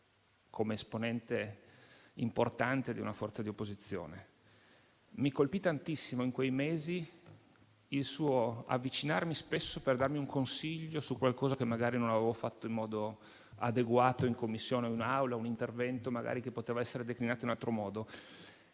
come esponente importante di una forza di opposizione. Mi colpì tantissimo, in quei mesi, il suo avvicinarmi spesso per darmi un consiglio su qualcosa che magari non avevo fatto in modo adeguato, in Commissione o in Assemblea, magari per un intervento che poteva essere declinato in un altro modo.